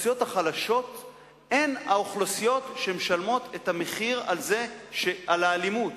האוכלוסיות החלשות הן האוכלוסיות שמשלמות את המחיר על האלימות